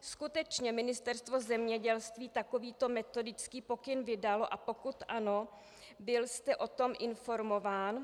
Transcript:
Skutečně Ministerstvo zemědělství takovýto metodický pokyn vydalo, a pokud ano, byl jste o tom informován?